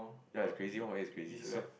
ya it's crazy one why is crazy so